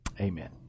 amen